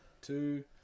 two